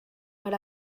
per